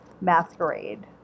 masquerade